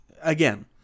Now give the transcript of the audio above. again